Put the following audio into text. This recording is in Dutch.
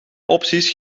opties